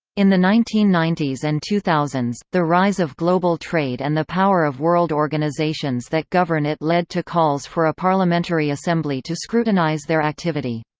in the nineteen ninety s and two thousand s, the rise of global trade and the power of world organizations that govern it led to calls for a parliamentary assembly to scrutinize their activity.